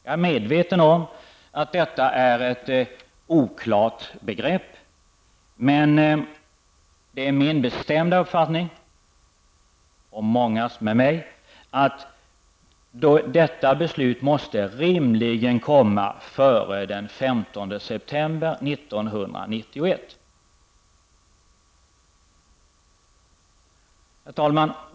Jag är medveten om att detta är ett oklart begrepp, men det är min och många andras bestämda uppfattning att detta beslut rimligen måste komma före den 15 september 1991. Herr talman!